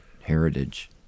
heritage